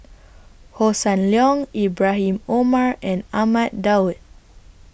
Hossan Leong Ibrahim Omar and Ahmad Daud